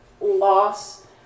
loss